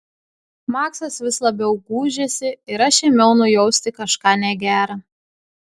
maksas vis labiau gūžėsi ir aš ėmiau nujausti kažką negera